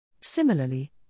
Similarly